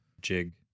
jig